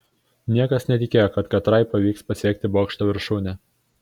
niekas netikėjo kad katrai pavyks pasiekti bokšto viršūnę